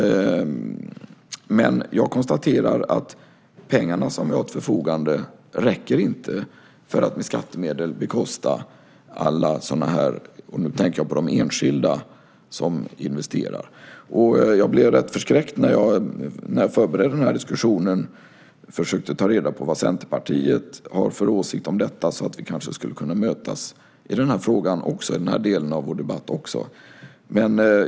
Jag konstaterar att pengarna som vi har till förfogande inte räcker för att med skattemedel bekosta allt sådant, och nu tänker jag på de enskilda som investerar. Jag blev rätt förskräckt när jag förberedde den här diskussionen och försökte ta reda på vad Centerpartiet har för åsikt om detta så att vi kanske skulle kunna mötas i den här frågan också i den här delen av vår debatt.